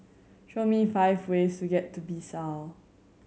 show me five ways to get to Bissau